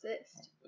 exist